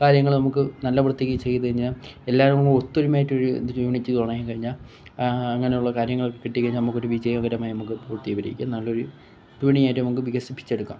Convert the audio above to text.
കാര്യങ്ങൾ നമുക്ക് നല്ല വൃത്തിക്ക് ചെയ്തു കഴിഞ്ഞാൽ എല്ലാവരും ഒരു ഒത്തൊരുമയായിട്ട് ഒരു യൂണിറ്റ് തുടങ്ങി കഴിഞ്ഞാൽ അങ്ങനെയുള്ള കാര്യങ്ങൾ കിട്ടിക്കഴിഞ്ഞാൽ നമുക്ക് ഒരു വിജയകരമായി നമുക്ക് പൂർത്തീകരിക്കാം നല്ലൊരു യൂണിറ്റ് ആയിട്ട് നമ്മൾക്ക് വികസിപ്പിച്ചെടുക്കാം